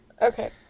Okay